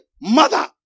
mother